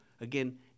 again